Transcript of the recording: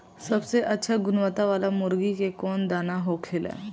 सबसे अच्छा गुणवत्ता वाला मुर्गी के कौन दाना होखेला?